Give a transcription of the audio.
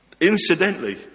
Incidentally